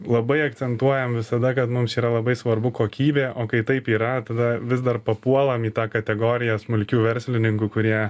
labai akcentuojam visada kad mums yra labai svarbu kokybė o kai taip yra tada vis dar papuolam į tą kategoriją smulkių verslininkų kurie